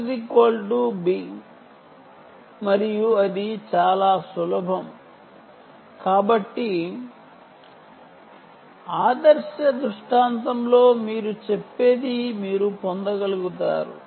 మరియు అది చాలా సులభం కాబట్టి ఐడియల్ దృష్టాంతంలో మీరు చెప్పేది మీరు పొందగలుగుతారు